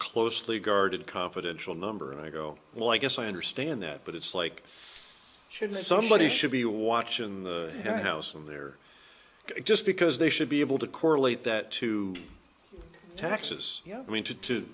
closely guarded confidential number and i go well i guess i understand that but it's like should somebody should be watching their house and they're just because they should be able to correlate that to texas i mean to to